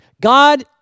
God